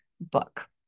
book